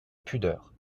pudeur